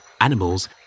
animals